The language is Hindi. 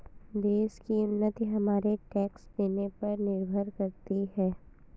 देश की उन्नति हमारे टैक्स देने पर निर्भर करती है